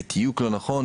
בתיוק לא נכון,